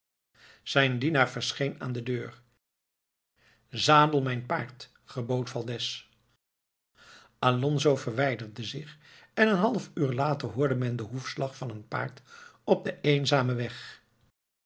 zijn dienaar verscheen aan de deur zadel mijn paard gebood valdez alonzo verwijderde zich en een half uur later hoorde men den hoefslag van een paard op den eenzamen weg